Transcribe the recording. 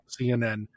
CNN